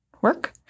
work